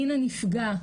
מין הנפגע.